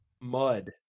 mud